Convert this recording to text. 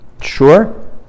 Sure